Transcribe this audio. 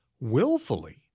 willfully